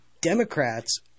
Democrats